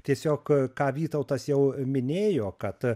tiesiog ką vytautas jau minėjo kad